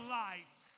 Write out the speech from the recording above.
life